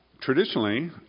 Traditionally